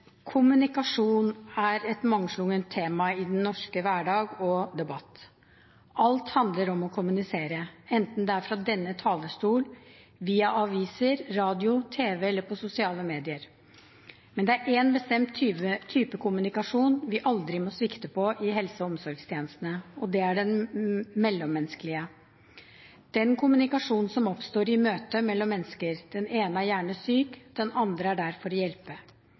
Kommunikasjon er et mangslungent tema i den norske hverdag og debatt. Alt handler om å kommunisere, enten det er fra denne talerstol, via aviser, radio og tv eller på sosiale medier. Men det er én bestemt type kommunikasjon vi aldri må svikte på i helse- og omsorgstjenestene, og det er den mellommenneskelige – den kommunikasjonen som oppstår i møtet mellom mennesker, den ene er gjerne syk, den andre er der for å hjelpe.